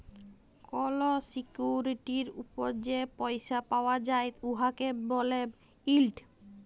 call সিকিউরিটির উপর যে পইসা পাউয়া যায় উয়াকে ব্যলে ইল্ড